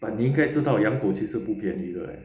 but 你应该知道养狗其实不便宜的 leh